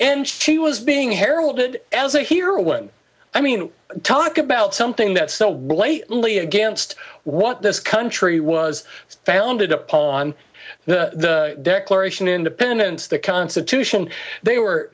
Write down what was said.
and she was being heralded as a hero and i mean talk about something that so lately against what this country was founded upon the declaration of independence the constitution they were